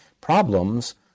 problems